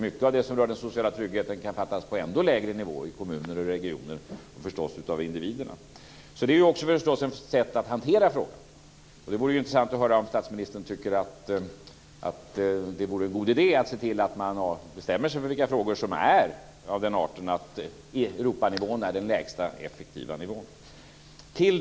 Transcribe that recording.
Mycket av det som rör den sociala tryggheten kan fattas på ännu lägre nivå i kommuner och i regioner och förstås av individerna. Så det är ett sätt att hantera frågan. Det vore därför intressant att höra om statsministern tycker att det vore en god idé att se till att man bestämmer sig för vilka frågor som är av den arten att Europanivån är den lägsta effektiva nivån. Fru talman!